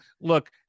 Look